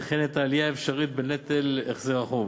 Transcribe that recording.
וכן את העלייה האפשרית בנטל החזר החוב,